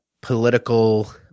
political